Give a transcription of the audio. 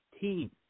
team